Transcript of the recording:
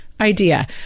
idea